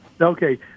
Okay